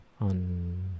on